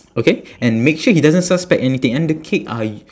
okay and make sure he doesn't suspect anything and the cake uh y~